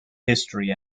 history